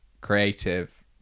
creative